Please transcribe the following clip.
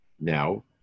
now